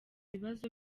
bibazo